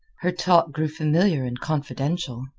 her talk grew familiar and confidential.